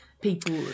people